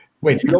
Wait